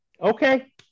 Okay